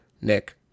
Nick